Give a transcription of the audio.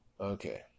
Okay